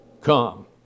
come